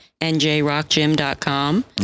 njrockgym.com